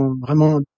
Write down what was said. vraiment